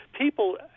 people